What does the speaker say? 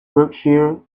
berkshire